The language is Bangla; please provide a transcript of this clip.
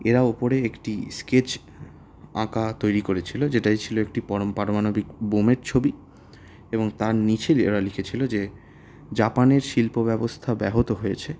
এরা ওপরে একটি স্কেচ আঁকা তৈরি করেছিলো যেটায় ছিলো একটি পরম পারমাণবিক বোম্বার ছবি এবং তার নিচে ওরা লিখেছিলো যে জাপানের শিল্প ব্যবস্থা ব্যাহত হয়েছে